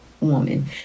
woman